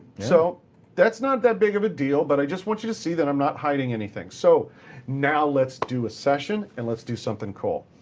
so that's not that big of a deal, but i just want you to see that i'm not hiding anything. so now let's do a session, and let's do something cool.